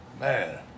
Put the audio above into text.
Man